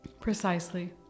Precisely